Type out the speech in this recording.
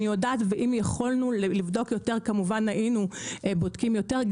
אם יכולנו לבדוק יותר, כמובן שהיינו בודקים יותר.